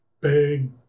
big